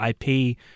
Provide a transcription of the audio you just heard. IP